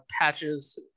Patches